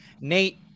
Nate